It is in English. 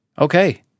Okay